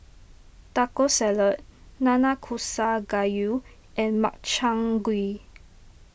Taco Salad Nanakusa Gayu and Makchang Gui